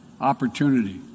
opportunity